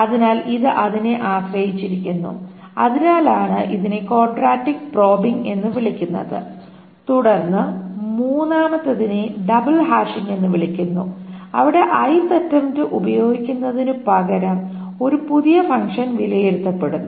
അതിനാൽ ഇത് ഇതിനെ ആശ്രയിച്ചിരിക്കുന്നു അതിനാലാണ് ഇതിനെ ക്വാഡ്രാറ്റിക് പ്രോബിംഗ് എന്ന് വിളിക്കുന്നത് തുടർന്ന് മൂന്നാമത്തേതിനെ ഡബിൾ ഹാഷിംഗ് എന്ന് വിളിക്കുന്നു അവിടെ ith അറ്റംപ്റ് ഉപയോഗിക്കുന്നതിനുപകരം ഒരു പുതിയ ഫങ്ഷൻ വിലയിരുത്തപ്പെടുന്നു